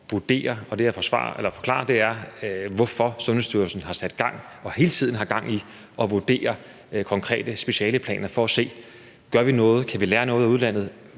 som jeg forklarer, er, hvorfor Sundhedsstyrelsen har sat gang i og hele tiden har gang i at vurdere konkrete specialeplaner, for at se: Gør vi noget? Kan vi lære noget af udlandet?